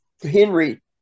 Henry